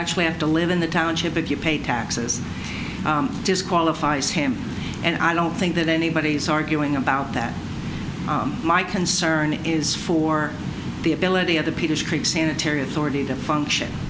actually have to live in the township if you pay taxes disqualifies him and i don't think that anybody's arguing about that my concern is for the ability of the peters creek sanitary authority to function